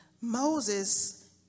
Moses